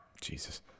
jesus